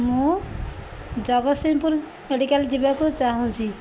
ମୁଁ ଜଗତସିଂହପୁର ମେଡ଼ିକାଲ ଯିବାକୁ ଚାହୁଁଛି